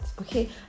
Okay